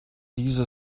diese